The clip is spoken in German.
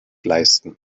leisten